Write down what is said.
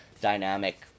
dynamic